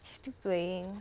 she still playing